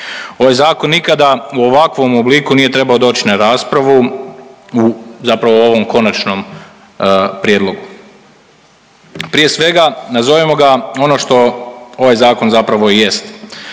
Ovaj Zakon nikada u ovakvom obliku nije trebao doći na raspravu u zapravo ovom Končanom prijedlogu. Prije svega, nazovimo ga ono što ovaj Zakon zapravo i jest,